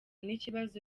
n’ikibazo